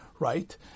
Right